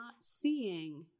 seeing